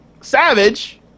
Savage